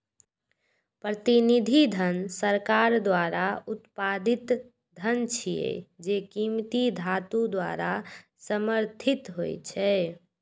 प्रतिनिधि धन सरकार द्वारा उत्पादित धन छियै, जे कीमती धातु द्वारा समर्थित होइ छै